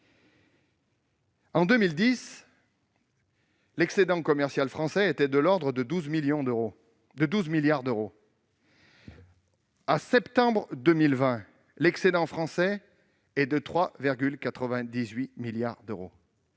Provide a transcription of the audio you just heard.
En 2010, l'excédent commercial agricole français était de l'ordre de 12 milliards d'euros. En septembre 2020, il n'est plus que de 3,98 milliards d'euros.